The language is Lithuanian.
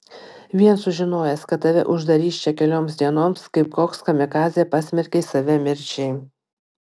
vien sužinojęs kad tave uždarys čia kelioms dienoms kaip koks kamikadzė pasmerkei save mirčiai